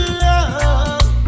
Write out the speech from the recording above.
love